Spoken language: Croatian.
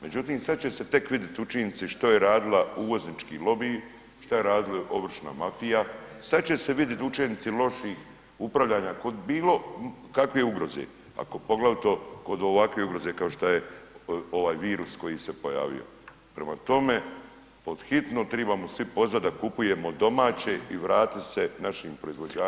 Međutim, sve će se tek vidjeti učinci što je radila uvoznički lobiji, što je radila ovršna mafija, sad će se vidjeti učinci loših upravljanja kod bilo kakve ugroze, a poglavito kod ovakve ugroze kao što je ovaj virus koji se pojavio, prema tome, pod hitno trebamo svi pozvati da kupujemo domaće i vratiti se našim proizvođačima.